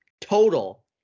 total